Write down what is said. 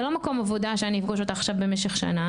זה לא מקום עבודה שאני אפגוש אותה רצוף במשך שנה.